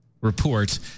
report